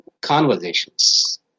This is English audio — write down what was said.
conversations